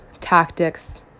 tactics